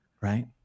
right